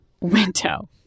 window